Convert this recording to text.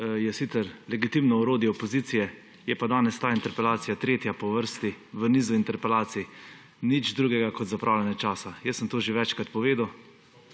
je sicer legitimno orodje opozicije. Je pa danes ta interpelacija tretja po vrsti v nizu interpelacij nič drugega kot zapravljanje časa. Jaz sem to že večkrat povedal.